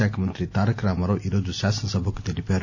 శాఖ మంతి తారకరామారావు ఈరోజు శాసనసభకు తెలిపారు